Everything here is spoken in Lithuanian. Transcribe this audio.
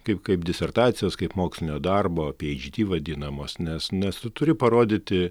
kaip kaip disertacijos kaip mokslinio darbo pi edž dy vadinamos nes nes turi parodyti